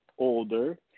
older